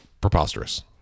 preposterous